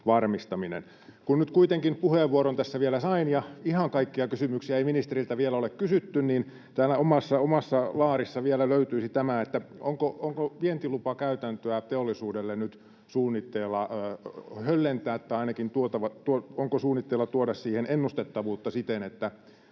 varmistaminen. Kun nyt kuitenkin puheenvuoron tässä vielä sain ja ihan kaikkia kysymyksiä ei ministeriltä vielä ole kysytty, niin täältä omasta laaristani löytyisi vielä tämä: onko vientilupakäytäntöä teollisuudelle nyt suunnitteilla höllentää, tai onko suunnitteilla tuoda siihen ennustettavuutta siten, että